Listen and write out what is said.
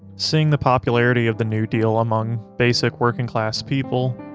seeing the popularity of the new deal among basic working-class people,